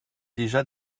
déjà